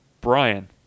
Brian